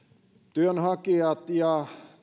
työnhakijat ja